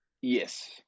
Yes